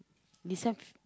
this one